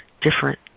different